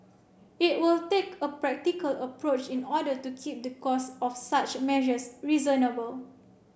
it will take a practical approach in order to keep the cost of such measures reasonable